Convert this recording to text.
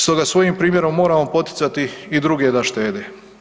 Stoga svojim primjerom moramo poticati i druge da štede.